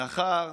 לאחר